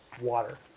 water